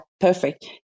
perfect